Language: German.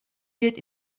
wird